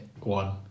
one